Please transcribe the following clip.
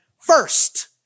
First